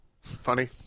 funny